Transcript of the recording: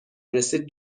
رسید